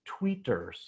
tweeters